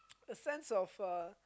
fans of a